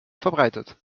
verbreitet